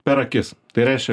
per akis tai reiškia